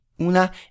Una